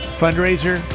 fundraiser